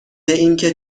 اینکه